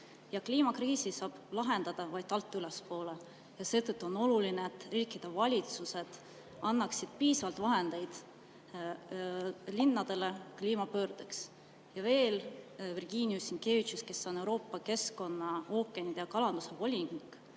Kliimakriisi saab lahendada vaid alt ülespoole. Seetõttu on oluline, et riikide valitsused annaksid piisavalt vahendeid linnadele kliimapöördeks. Ja veel: Virginijus Sinkevičius, Euroopa [Komisjoni] keskkonna, ookeanide ja kalanduse volinik,